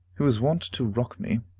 who was wont to rock me,